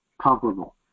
comparable